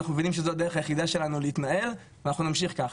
אנחנו מבינים שזו הדרך היחידה שלנו להתנער ואנחנו נמשיך ככה.